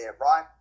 right